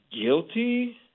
guilty